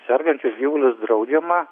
sergančius gyvulius draudžiama